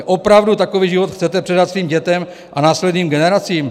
Opravdu takový život chcete předat svým dětem a následným generacím?